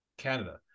Canada